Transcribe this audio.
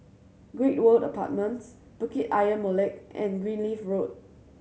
Great World Apartments Bukit Ayer Molek and Greenleaf Road